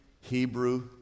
Hebrew